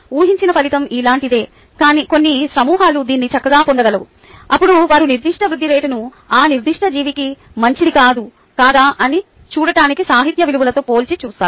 ఊహించిన ఫలితం ఇలాంటిదే కొన్ని సమూహలు దీన్ని చక్కగా పొందగలవు అప్పుడు వారు నిర్దిష్ట వృద్ధి రేటును ఆ నిర్దిష్ట జీవికి మంచిది కాదా అని చూడటానికి సాహిత్య విలువలతో పోల్చి చూస్తారు